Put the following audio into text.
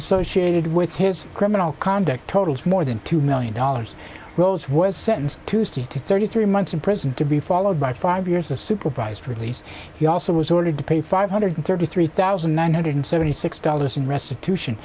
associated with his criminal conduct totals more than two million dollars rose was sentenced tuesday to thirty three months in prison to be followed by five years of supervised release you also was ordered to pay five hundred thirty three thousand nine hundred seventy six dollars in restitution